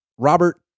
Robert